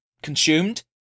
Consumed